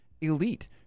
elite